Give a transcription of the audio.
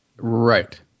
Right